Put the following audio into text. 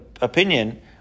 opinion